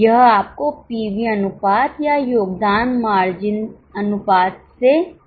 यह आपको पीवी अनुपात या योगदान मार्जिन अनुपात से मिलेगा